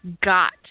got